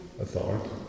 authority